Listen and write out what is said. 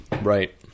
Right